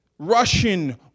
Russian